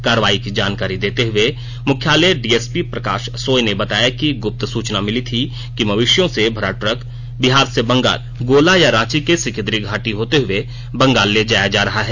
कार्रवाई की जानकारी देते हुए मुख्यालय डीएसपी प्रकाश सोय ने बताया कि गुप्त सूचना मिली थी कि मवेशियों से भरा ट्रक बिहार से बंगाल गोला या रांची के सिकिदरी घाटी होते हुए बंगाल ले जाया जा रहा है